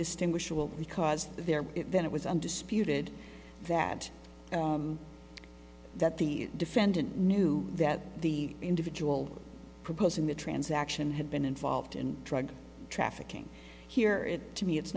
distinguishable because there then it was undisputed that that the defendant knew that the individual proposing the transaction had been involved in drug trafficking here it to me it's